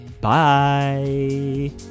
Bye